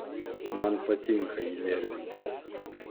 man patinka jį nervinti